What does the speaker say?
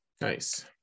nice